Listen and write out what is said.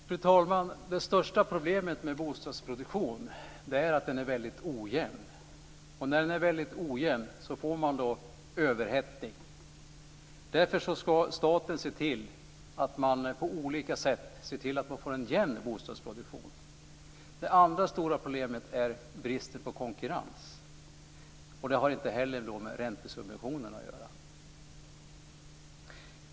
Fru talman! Det största problemet med bostadsproduktionen är att den är väldigt ojämn. Och när den är väldigt ojämn får man en överhettning. Därför ska staten på olika sätt se till att man får en jämn bostadsproduktion. Det andra stora problemet är bristen på konkurrens. Det har inte heller med räntesubventionen att göra.